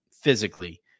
physically